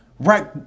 right